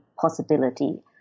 possibility